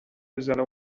بزنه